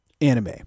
anime